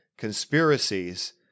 conspiracies